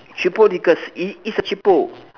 cheapo liquors it it's a cheapo